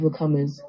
overcomers